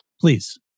please